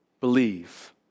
believe